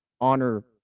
honor